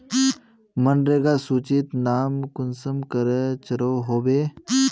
मनरेगा सूचित नाम कुंसम करे चढ़ो होबे?